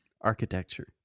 Architecture